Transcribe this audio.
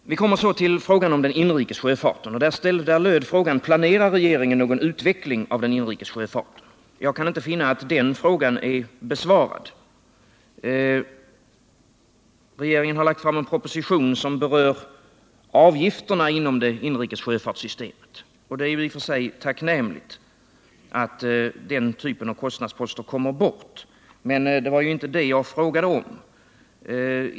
Måndagen den När det gäller den inrikes sjöfarten löd frågan: Planerar regeringen någon 13 november 1978 utveckling av den inrikes sjöfarten? Jag kan inte finna att den frågan är besvarad. Regeringen har lagt fram en proposition, som berör avgifterna inom det inrikes sjöfartssystemet, och det är i och för sig tacknämligt att den typen av kostnadsposter kommer bort. Men det var inte det jag frågade om.